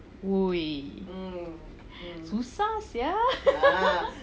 !oi! susah sia